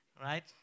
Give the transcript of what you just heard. right